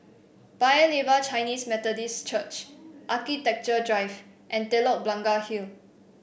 Paya Lebar Chinese Methodist Church Architecture Drive and Telok Blangah Hill